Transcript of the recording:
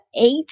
eight